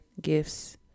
gifts